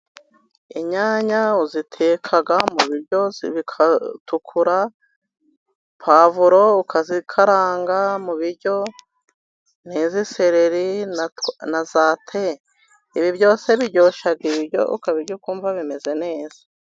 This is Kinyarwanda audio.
Inyanya uziteka mu biryozi bikatukura pavuro ukazikaranga mu biryo. ntizi sereri na zate. Ibi byose biryosha ibiryo ukabirya ukumva bimeze neza.